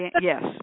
yes